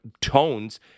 tones